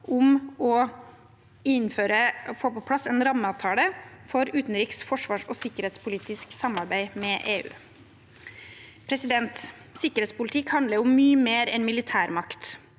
og få på plass en rammeavtale for utenriks-, forsvars- og sikkerhetspolitisk samarbeid med EU. Sikkerhetspolitikk handler om mye mer enn militærmakt.